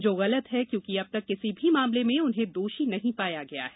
जो गलत है क्योंकि अब तक किसी भी मामले में उन्हें दोषी नहीं पाया गया है